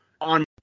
on